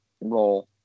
role